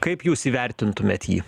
kaip jūs įvertintumėt jį